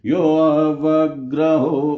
Yoavagraho